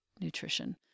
nutrition